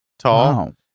tall